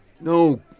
No